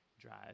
drive